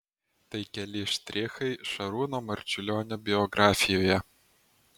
tai keli štrichai šarūno marčiulionio biografijoje